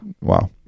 Wow